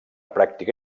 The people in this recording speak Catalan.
pràctica